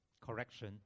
correction